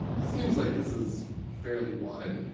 seems like this is fairly wide.